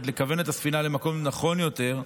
לכוון את הספינה הזאת למקום נכון יותר,